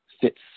fits